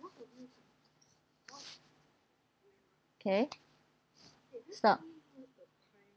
okay stop